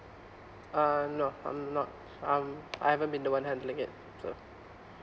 um no I'm not um I haven't been the one handling it so